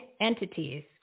entities